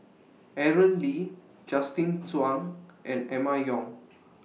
Aaron Lee Justin Zhuang and Emma Yong